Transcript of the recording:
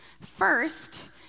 First